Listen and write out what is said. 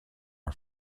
our